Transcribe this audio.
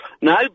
No